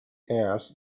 airs